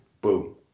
Boom